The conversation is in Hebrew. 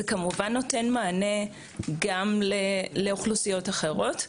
זה כמובן נותן מענה גם לאוכלוסיות אחרות.